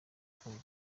kumva